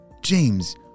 James